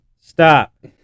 Stop